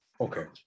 Okay